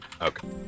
Okay